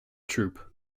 troop